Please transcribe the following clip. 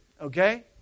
okay